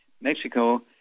Mexico